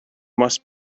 must